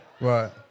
right